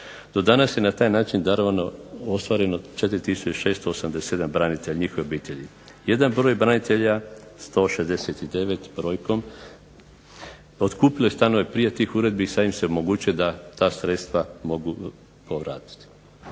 Do danas je na taj način darovano, ostvareno 4 tisuće i 687 branitelja i njihovih obitelji. Jedan broj branitelja 169 brojkom, otkupio je stanove prije tih uredbi i sad im se omogućuje da ta sredstva mogu povratiti.